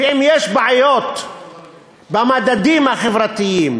ואם יש בעיות במדדים החברתיים